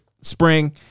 spring